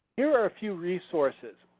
here are a few resources.